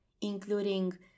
including